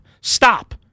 Stop